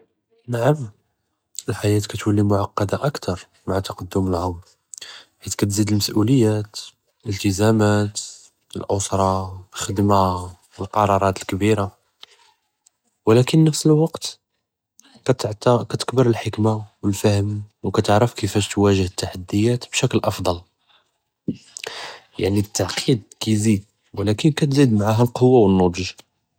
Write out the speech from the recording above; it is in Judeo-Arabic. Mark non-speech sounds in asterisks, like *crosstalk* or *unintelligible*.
نعم, אלחייאה כאתולי מעקּדה אכתר מע תקדום אלעמר, חית כתזיד אלמס'וליות, אלאִلتזאמאט, אלאוסרה, אלח'דמה, אלקראראת אלכבירה, ו ولكין נפס אלווקט כ *unintelligible* כתקבר אלחכמה, ו אלפם, ו כתערף כיפאש תוּואגֵه אלתַחדִيات בשִכּל אחקּסן. יַעני אלתעקיד כיזיד ו ولكין כתזיד מעהא אלקוה ו אלנּדַ'ג'.